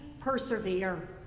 persevere